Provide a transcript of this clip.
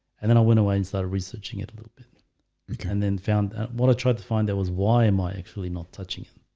and then i went away and started researching it a little bit okay, and then found that what i tried to find there was why am i actually not touching him?